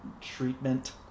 treatment